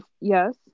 yes